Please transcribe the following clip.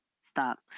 stop